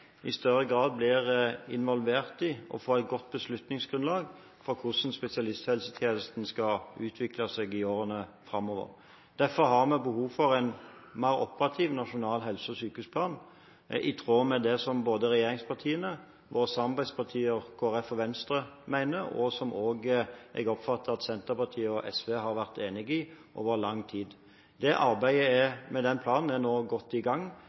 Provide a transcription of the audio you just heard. i større grad blir involvert i og får et godt beslutningsgrunnlag for hvordan spesialisthelsetjenesten skal utvikle seg i årene framover. Derfor har vi behov for en mer operativ nasjonal helse- og sykehusplan, i tråd med det som både regjeringspartiene og samarbeidspartiene Kristelig Folkeparti og Venstre mener, og som jeg også oppfatter at Senterpartiet og Sosialistisk Venstreparti har vært enig i over lang tid. Arbeidet med den planen er nå godt i gang,